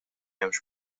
hemmx